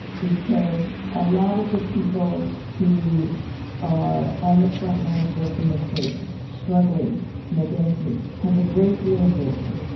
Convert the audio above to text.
because a lot of the people who are on the frontlines working with kids, struggling to make ends meet have a great deal of wisdom.